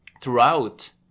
Throughout